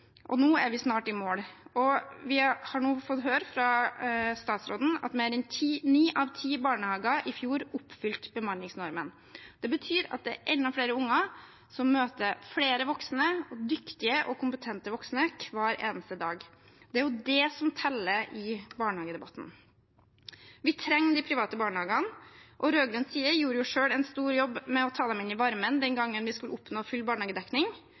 og høy pedagogtetthet. Nå er vi snart i mål, og vi fikk nå høre fra statsråden at mer enn ni av ti barnehager i fjor oppfylte bemanningsnormen. Det betyr at det er enda flere unger som møter flere voksne, og dyktige og kompetente voksne, hver eneste dag. Det er jo det som teller i barnehagedebatten. Vi trenger de private barnehagene. Rød-grønn side gjorde jo selv en stor jobb med å ta dem inn i varmen den gangen vi skulle oppnå full barnehagedekning,